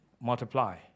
Multiply